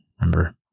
remember